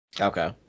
Okay